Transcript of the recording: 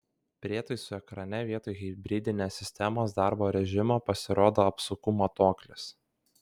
prietaisų ekrane vietoj hibridinės sistemos darbo režimo pasirodo apsukų matuoklis